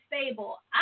stable